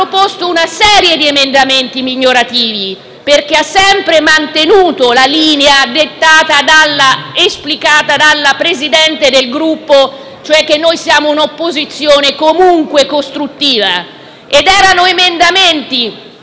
ha proposto una serie di emendamenti migliorativi, perché ha sempre mantenuto la linea dettata ed esplicata dal Presidente del Gruppo, ribadendo che noi siamo un'opposizione comunque costruttiva. Si trattava di emendamenti